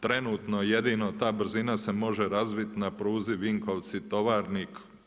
Trenutno jedino ta brzina se može razvit na pruzi Vinkovci – Tovarnik.